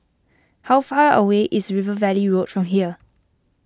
how far away is River Valley Road from here